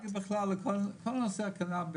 בכלל, כל נושא הקנאביס.